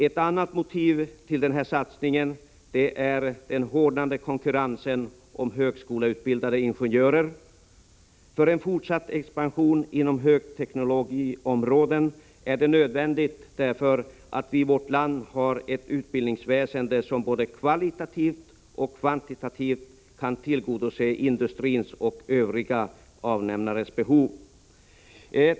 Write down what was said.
Ett annat motiv till den satsningen är den hårdnande konkurrensen om högskoleutbildade ingenjörer. För en fortsatt expansion inom högteknologiområden är det därför nödvändigt att vi i vårt land har ett utbildningsväsende som både kvantitativt och kvalitativt kan tillgodose industrins och övriga avnämares behov.